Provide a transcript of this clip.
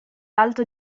alto